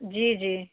जी जी